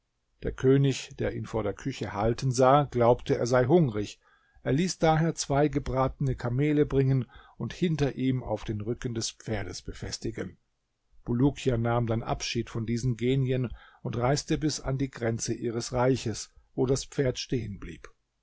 der könig der ihn vor der küche halten sah glaubte er sei hungrig er ließ daher zwei gebratene kamele bringen und hinter ihm auf den rücken des pferdes befestigen bulukia nahm dann abschied von diesen genien und reiste bis an die grenze ihres reiches wo das pferd stehen blieb